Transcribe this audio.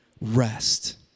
rest